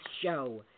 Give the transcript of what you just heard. show